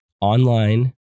online